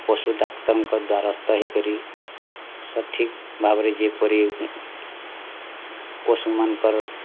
ପଶୁଡ଼ାକ୍ତରଙ୍କ ଦ୍ୱାରସ୍ତ ହୋଇକରି ସଠିକ୍ ଭାବରେ ଯେପରି ପଶୁମାନଙ୍କର୍